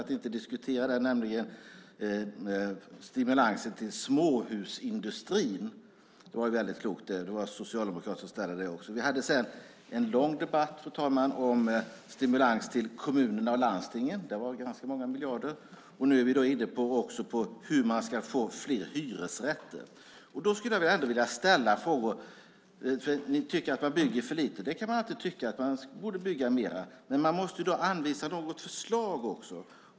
Det var en socialdemokrat som ställde den interpellationen också. Det var klokt av Johan Löfstrand att inte diskutera det. Vi hade sedan en lång debatt om stimulans till kommunerna och landstingen. Det handlade om ganska många miljarder. Nu är vi inne på hur man ska få fler hyresrätter. Ni tycker att man bygger för lite. Man kan alltid tycka att det borde byggas mer. Men man måste anvisa förslag.